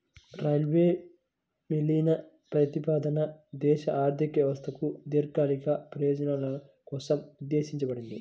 railway విలీన ప్రతిపాదన దేశ ఆర్థిక వ్యవస్థకు దీర్ఘకాలిక ప్రయోజనాల కోసం ఉద్దేశించబడింది